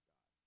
God